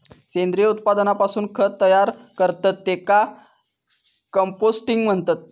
सेंद्रिय उत्पादनापासून खत तयार करतत त्येका कंपोस्टिंग म्हणतत